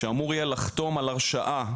שאמור יהיה לחתום על הרשאה.